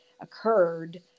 occurred